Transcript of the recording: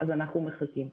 אז אנחנו מחכים.